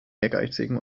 ehrgeizigen